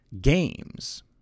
games